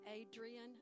Adrian